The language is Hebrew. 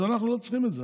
אז אנחנו לא צריכים את זה.